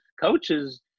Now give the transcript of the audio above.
coaches